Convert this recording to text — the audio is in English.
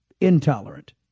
intolerant